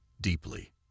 deeply